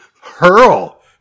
Hurl